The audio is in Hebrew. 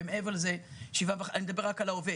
ומעבר לזה 7.5% אני מדבר רק על העובד